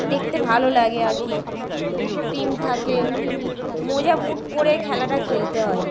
দেখতে ভালো লাগে আর কি দুটো টিম থাকে মোজা বুট পরে খেলাটা খেলতে হয়